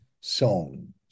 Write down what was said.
song